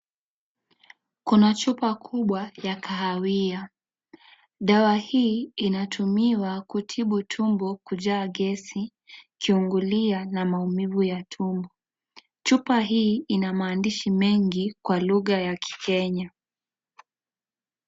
Kuna chupa kubwa ya kahawia dawa hii inatumiwa kutibu tumbo kujaa gesi kiungulia na maumivu ya tumbo, chupa hii ina maandishi mengi kwa lugha ya kikenya.